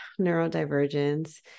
neurodivergence